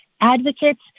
advocates